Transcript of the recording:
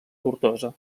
tortosa